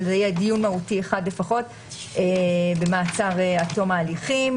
אבל זה יהיה דיון מהותי אחד לפחות במעצר עד תום ההליכים.